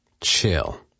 chill